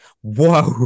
Whoa